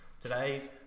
Today's